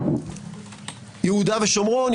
יהודה ושומרון,